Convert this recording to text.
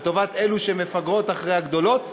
לטובת אלו שמפגרות אחרי הגדולות.